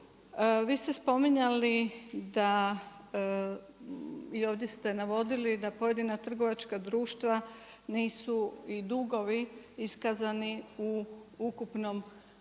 Vi ste spominjali da i ovdje ste navodili da pojedina trgovačka društva nisu i dugovi iskazani u ukupnom javnom